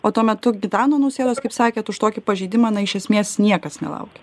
o tuo metu gitano nausėdos kaip sakėt už tokį pažeidimą na iš esmės niekas nelaukia